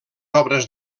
obres